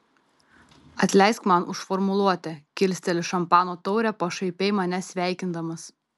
atleisk man už formuluotę kilsteli šampano taurę pašaipiai mane sveikindamas